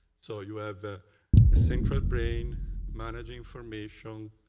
so you have a central brain managing information,